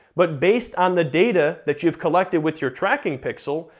but based on the data that you've collected with your tracking pixel,